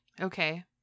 Okay